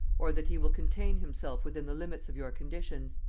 or that he will contain himself within the limits of your conditions.